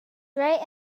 right